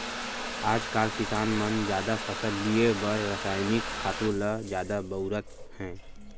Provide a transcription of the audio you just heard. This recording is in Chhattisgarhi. आजकाल किसान मन जादा फसल लिये बर रसायनिक खातू ल जादा बउरत हें